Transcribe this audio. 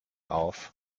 auf